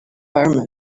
pyramids